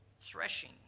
threshing